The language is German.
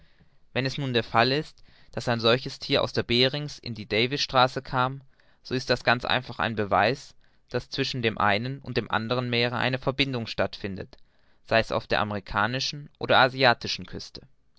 wenn es nun der fall ist daß ein solches thier aus der berings in die davis straße kam so ist das ganz einfach ein beweis daß zwischen dem einen und dem anderen meere eine verbindung stattfindet sei's auf der amerikanischen oder asiatischen küste